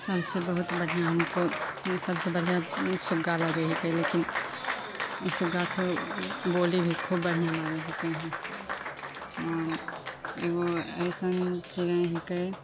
सबसे बहुत बढ़िआँ हमको सबसे बढ़िआँ सुग्गा लागै हिकै लेकिन सुग्गाके बोली भी खूब बढ़िआँ लागै हिकै एगो अइसन चिड़ै हिकै